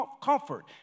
comfort